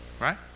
right